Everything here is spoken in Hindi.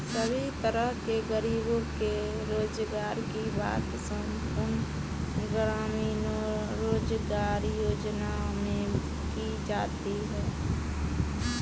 सभी तरह के गरीबों के रोजगार की बात संपूर्ण ग्रामीण रोजगार योजना में की जाती है